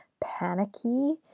panicky